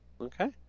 Okay